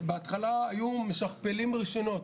בהתחלה היו משכפלים רישיונות,